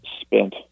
spent